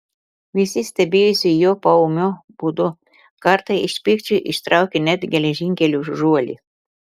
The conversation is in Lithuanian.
visi stebėjosi jo poūmiu būdu kartą iš pykčio ištraukė net geležinkelio žuolį